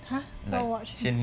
!huh! what watch